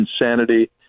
insanity